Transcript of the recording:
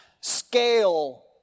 scale